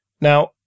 Now